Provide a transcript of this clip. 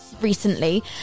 recently